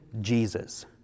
Jesus